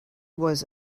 was